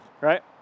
right